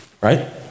Right